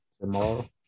Tomorrow